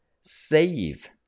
save